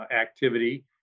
activity